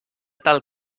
tal